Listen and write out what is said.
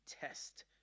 test